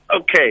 Okay